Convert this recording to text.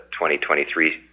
2023